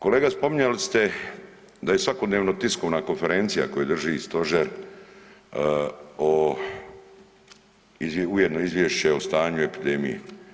Kolega spominjali ste da je svakodnevno tiskovna konferencija koju drži Stožer, ujedno izvješće o stanju epidemije.